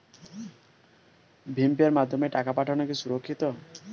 ভিম পের মাধ্যমে টাকা পাঠানো কি সুরক্ষিত?